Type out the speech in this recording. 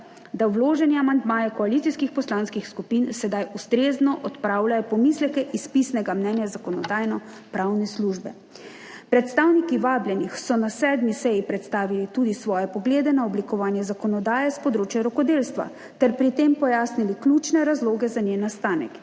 da vloženi amandmaji koalicijskih poslanskih skupin sedaj ustrezno odpravljajo pomisleke iz pisnega mnenja Zakonodajno-pravne službe. Predstavniki vabljenih so na 7. seji predstavili tudi svoje poglede na oblikovanje zakonodaje s področja rokodelstva ter pri tem pojasnili ključne razloge za njen nastanek.